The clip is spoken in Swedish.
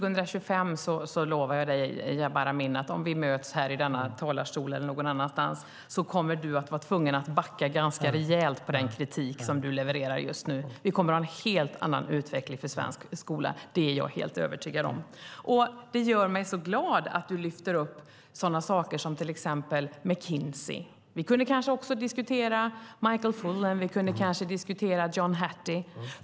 Herr talman! Jag lovar dig, Jabar Amin, att om vi möts 2025 här i talarstolen eller någon annanstans kommer du att vara tvungen att backa ganska rejält från den kritik som du levererar just nu. Vi kommer att ha en helt annan utveckling för svensk skola. Det är jag helt övertygad om. Det gör mig så glad att du lyfter upp exempelvis McKinsey & Company. Vi kunde kanske också diskutera Michael Fulham eller John Hattie.